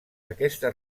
aquesta